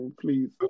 please